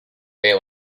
day